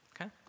okay